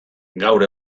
gaur